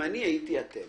אם הייתי אתם,